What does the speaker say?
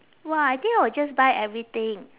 !wah! I think I will just buy everything